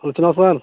सूचना सर